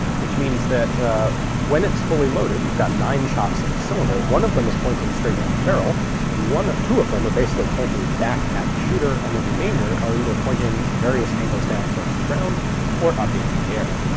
which means that when it's fully loaded you've got nine shots in the cylinder one of them is pointing straight down the barrel two of them are basically pointing back at the shooter and the remainder are either pointing various angles down towards the ground or up into the air.